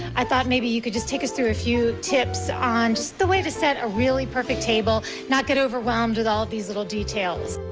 i thought maybe you could take us through a few tips on the way to set a really perfect table, not get overwhelmed with all these little details.